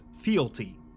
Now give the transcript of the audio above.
Fealty